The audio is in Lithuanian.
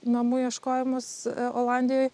namų ieškojimus olandijoj